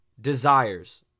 desires